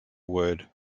word